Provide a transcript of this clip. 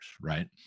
right